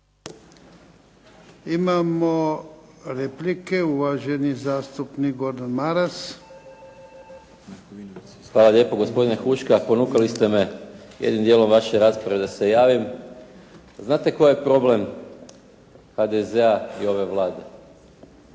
Imamo replike, uvaženi zastupnik Gordan Maras. **Maras, Gordan (SDP)** Hvala lijepo. Gospodine Huška ponukali ste me jednim dijelom vaše rasprave da se javim. Znate koji je problem HDZ-a i ove Vlade?